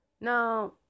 Now